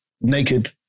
naked